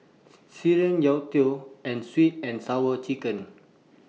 Sireh Youtiao and Sweet and Sour Chicken